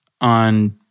on